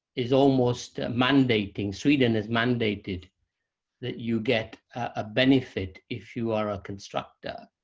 is almost mandating. sweden has mandated that you get a benefit if you are a constructor,